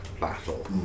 battle